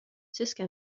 suske